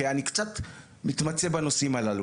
כי אני קצת מתמצה בנושאים הללו,